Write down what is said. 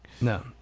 no